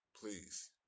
please